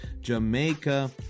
Jamaica